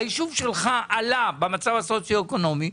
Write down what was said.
והיישוב שלך עלה במצב הסוציו-אקונומי.